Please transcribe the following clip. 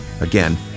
Again